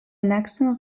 nächsten